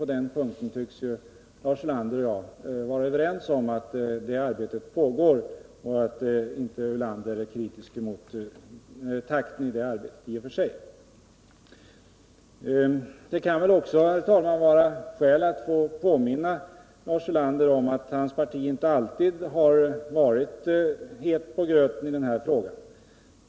På den punkten tycks Lars Ulander och jag vara överens. Det arbetet pågår och Lars Ulander är inte kritisk mot takten i det arbetet i och för sig. Det kan väl också, herr talman, vara skäl att påminna Lars Ulander om att man i hans parti inte alltid har varit het på gröten i denna fråga.